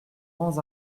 rends